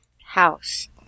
house